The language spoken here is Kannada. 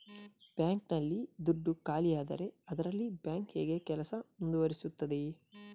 ಬ್ಯಾಂಕ್ ನಲ್ಲಿ ದುಡ್ಡು ಖಾಲಿಯಾದರೆ ಅದರಲ್ಲಿ ಬ್ಯಾಂಕ್ ಹೇಗೆ ಕೆಲಸ ಮುಂದುವರಿಸುತ್ತದೆ?